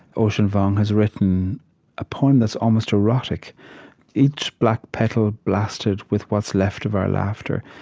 ocean vuong has written a poem that's almost erotic each black petal ah blasted with what's left of our laughter.